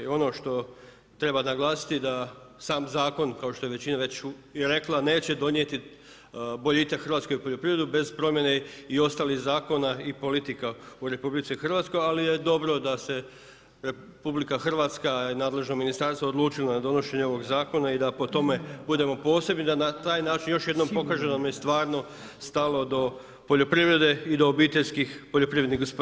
I ono što treba naglasiti da sam zakon kao što je većina već i rekla, neće donijeti boljitak hrvatskoj poljoprivredi bez promjene i ostalih zakona i politika u RH, ali je dobro da se RH i nadležno ministarstvo odlučilo na donošenje ovog zakona i da po tome budemo posebni da na taj način još jednom pokažemo da nam je stvarno stalo do poljoprivrede i do OPG-a.